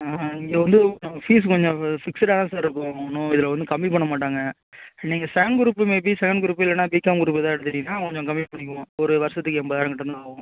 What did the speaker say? ஆஹும் இங்கே வந்து ஃபீஸ் கொஞ்சம் ஃபிக்ஸுடாக தான் சார் இருக்கும் ஒன்றும் இதில் ஒன்றும் கம்மி பண்ண மாட்டாங்க நீங்கள் second group maybe second group இல்லைனா பிகாம் குரூப்பு எதாது எடுத்துக்கிட்டீங்கனால் கொஞ்சம் கம்மி பண்ணிக்கிவோம் ஒரு வருஷத்துக்கு எண்பதாயிரம் கிட்ட தான் ஆகும்